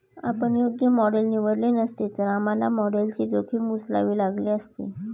आपण योग्य मॉडेल निवडले नसते, तर आम्हाला मॉडेलची जोखीम उचलावी लागली असती